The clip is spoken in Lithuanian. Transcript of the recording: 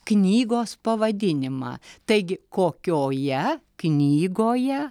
knygos pavadinimą taigi kokioje knygoje